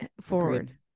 forward